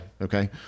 okay